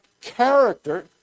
character